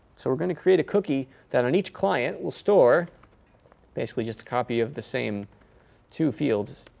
so we're going to create a cookie that on each client will store basically just a copy of the same two fields